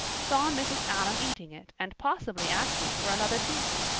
saw mrs. allan eating it and possibly asking for another piece!